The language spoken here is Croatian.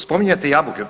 Spominjete jabuke.